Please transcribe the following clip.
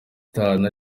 itanu